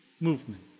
Movement